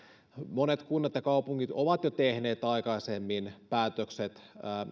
monet kunnat ja kaupungit ovat jo tehneet aikaisemmin päätökset